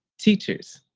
teachers,